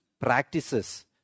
practices